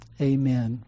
amen